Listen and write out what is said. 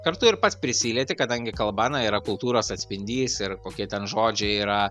kartu ir pats prisilieti kadangi kalba na yra kultūros atspindys ir kokie ten žodžiai yra